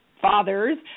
fathers